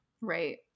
Right